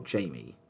Jamie